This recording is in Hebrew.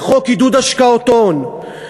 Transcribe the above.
בחוק עידוד השקעות הון,